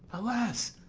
alas,